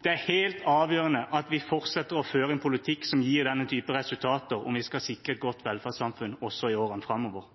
Det er helt avgjørende at vi fortsetter å føre en politikk som gir denne typen resultater, om vi skal sikre et godt velferdssamfunn også i årene framover.